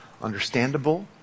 understandable